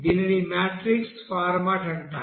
దీనిని matrix format అంటారు